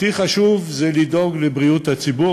הכי חשוב זה לדאוג לבריאות הציבור,